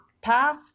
path